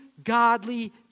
Godly